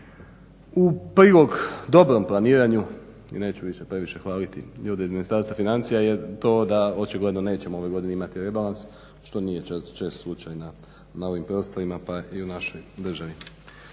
U prilog dobrom planiranju i neću više previše hvaliti ljude iz Ministarstva financija je to da očigledno nećemo ove godine imati rebalans što nije čest slučaj na ovim prostorima pa i u našoj državi.